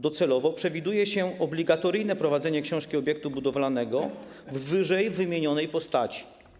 Docelowo przewiduje się obligatoryjne prowadzenie książki obiektu budowlanego w ww. postaci.